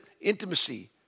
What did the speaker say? intimacy